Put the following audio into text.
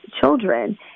children